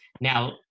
Now